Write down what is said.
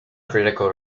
critical